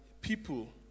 people